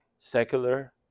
secular